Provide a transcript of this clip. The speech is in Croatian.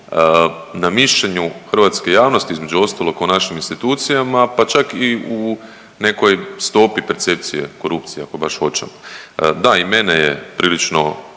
na mišljenju hrvatske javnosti, između ostalog o našim institucijama, pa čak i u nekoj stopi percepcije korupcije, ako baš hoćemo. Da i mene je prilično